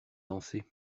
danser